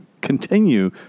continue